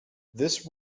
this